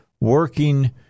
working